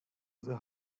the